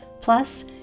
plus